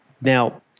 Now